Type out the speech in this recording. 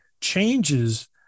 changes